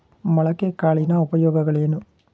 ಮೊಳಕೆ ಕಾಳಿನ ಉಪಯೋಗಗಳೇನು?